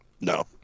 No